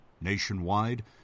Nationwide